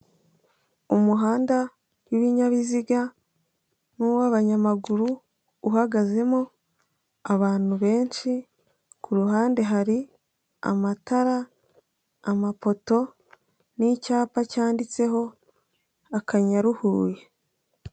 Umuhanda w'ibinyabiziga n'uw'abanyamaguru, uhagazemo abantu benshi ku ruhande hari amatara, amapoto, n'icyapa cyanditseho akanyaru Huye.